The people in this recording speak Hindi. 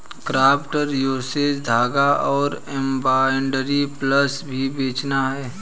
क्राफ्ट रिसोर्सेज धागा और एम्ब्रॉयडरी फ्लॉस भी बेचता है